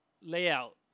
layout